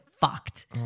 fucked